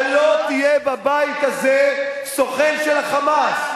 אתה, אתה לא תהיה בבית הזה סוכן של ה"חמאס".